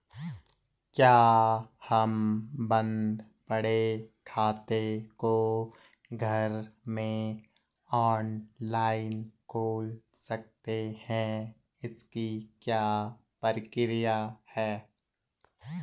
क्या हम बन्द पड़े खाते को घर में ऑनलाइन खोल सकते हैं इसकी क्या प्रक्रिया है?